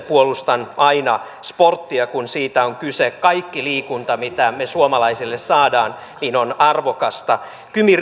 puolustan aina sporttia kun siitä on kyse kaikki liikunta mitä me suomalaisille saamme on arvokasta kymi